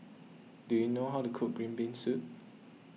do you know how to cook Green Bean Soup